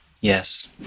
Yes